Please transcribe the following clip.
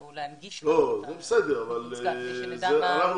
או להנגיש לנו אותה כדי שנדע מה --- לא,